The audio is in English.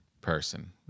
person